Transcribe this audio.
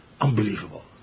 Unbelievable